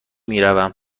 میروم